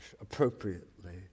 appropriately